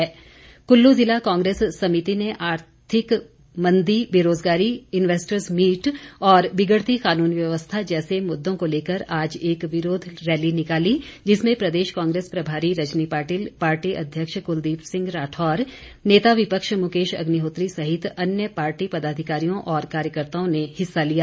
विरोध रैली कुल्लू जिला कांग्रेस समिति ने आर्थिक मंदी बेरोजगारी इन्वेस्टर्स मीट और बिगड़ती कानून व्यवस्था जैसे मुददों को लेकर आज एक विरोध रैली निकाली जिसमें प्रदेश कांग्रेस प्रभारी रजनी पाटिल पार्टी अध्यक्ष क्लदीप सिंह राठौर नेता विपक्ष मुकेश अग्निहोत्री सहित अन्य पार्टी पदाधिकारियों और कार्यकर्ताओं ने हिस्सा लिया